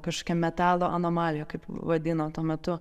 kažkokią metalo anomaliją kaip vadino tuo metu